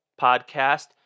podcast